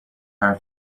حرف